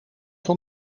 van